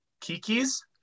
kiki's